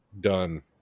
done